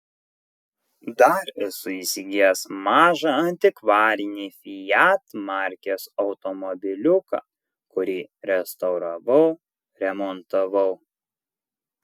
dar esu įsigijęs mažą antikvarinį fiat markės automobiliuką kurį restauravau remontavau